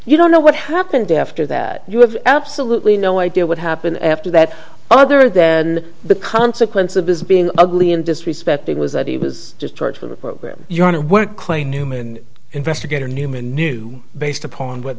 you don't know what happened after that you have absolutely no idea what happened after that other than the consequence of his being ugly and disrespected was that he was just church for the program you don't know what clay newman investigator newman knew based upon what